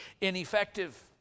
ineffective